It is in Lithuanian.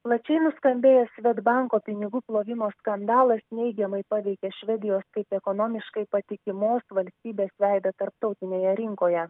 plačiai nuskambėjęs sved banko pinigų plovimo skandalas neigiamai paveikė švedijos kaip ekonomiškai patikimos valstybės veidą tarptautinėje rinkoje